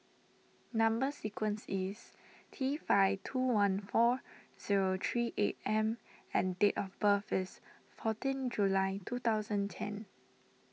Number Sequence is T five two one four zero three eight M and date of birth is fourteen July two thousand ten